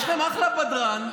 יש לכם אחלה בדרן.